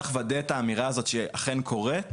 צריך לוודא את האמירה הזאת שהיא אכן קורית.